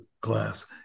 class